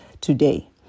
today